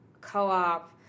co-op